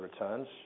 returns